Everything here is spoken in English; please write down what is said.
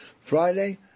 Friday